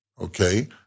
Okay